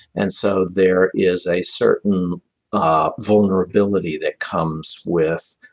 and so there is a certain ah vulnerability that comes with